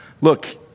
look